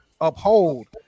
uphold